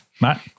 Matt